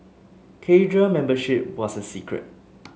cadre membership was a secret